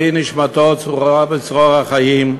תהי נשמתו צרורה בצרור החיים,